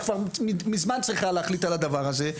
כבר מזמן צריך היה להחליט על הדבר הזה.